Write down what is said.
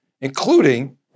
including